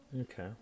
okay